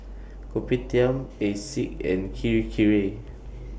Kopitiam Asics and Kirei Kirei